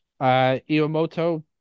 Iwamoto